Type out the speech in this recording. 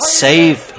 save